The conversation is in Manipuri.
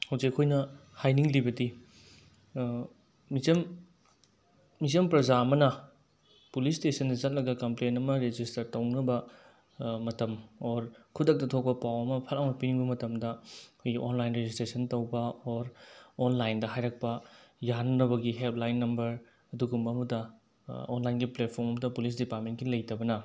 ꯍꯧꯖꯤꯛ ꯑꯩꯈꯣꯏꯅ ꯍꯥꯏꯅꯤꯡꯂꯤꯕꯗꯤ ꯃꯤꯆꯝ ꯃꯤꯆꯝ ꯄ꯭ꯔꯖꯥ ꯑꯃꯅ ꯄꯨꯂꯤꯁ ꯏꯁꯇꯦꯁꯟꯗ ꯆꯠꯂꯒ ꯀꯝꯄ꯭ꯂꯦꯟ ꯑꯃ ꯔꯦꯖꯤꯁꯇꯔ ꯇꯧꯅꯕ ꯃꯇꯝ ꯑꯣꯔ ꯈꯨꯗꯛꯇ ꯊꯣꯛꯄ ꯄꯥꯎ ꯑꯃ ꯐꯠ ꯂꯥꯎꯅ ꯄꯤꯅꯤꯡꯕ ꯃꯇꯝꯗ ꯑꯩꯈꯣꯏꯒꯤ ꯑꯣꯟꯂꯥꯏꯟ ꯔꯦꯖꯤꯁꯇ꯭ꯔꯦꯁꯟ ꯇꯧꯕ ꯑꯣꯔ ꯑꯣꯟꯂꯥꯏꯟꯗ ꯍꯥꯏꯔꯛꯄ ꯌꯥꯍꯟꯅꯕꯒꯤ ꯍꯦꯜꯞ ꯂꯥꯏꯟ ꯅꯝꯕꯔ ꯑꯗꯨꯒꯨꯝꯕ ꯑꯃꯗ ꯑꯣꯟꯂꯥꯏꯟꯒꯤ ꯄ꯭ꯂꯦꯠꯐꯣꯝ ꯑꯃꯠꯇ ꯄꯨꯂꯤꯁ ꯗꯤꯄꯥꯠꯃꯦꯟꯒꯤ ꯂꯩꯇꯕꯅ